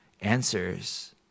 answers